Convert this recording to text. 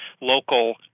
local